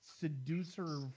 seducer